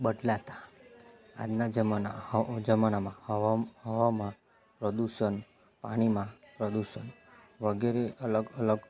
બદલાતા આજના જમાના હવ જમાનામાં હવામાં હવામાં પ્રદૂષણ પાણીમાં પ્રદૂષણ વગેરે અલગ અલગ